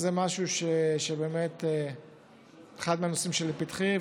אז זה באמת הוא אחד מהנושאים שלפתחי,